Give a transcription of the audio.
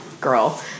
girl